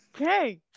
Okay